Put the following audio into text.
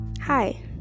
Hi